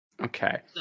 Okay